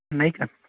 नहीं सर